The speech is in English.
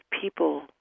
people